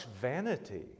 vanity